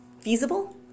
feasible